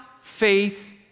faith